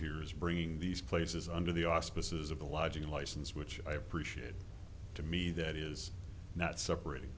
here is bringing these places under the auspices of the lodging license which i appreciate to me that is not separat